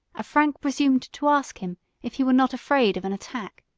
a frank presumed to ask him if he were not afraid of an attack.